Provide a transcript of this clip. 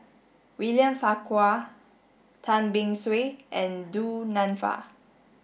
William Farquhar Tan Beng Swee and Du Nanfa